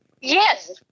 Yes